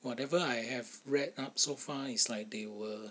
whatever I have read up so far is like they will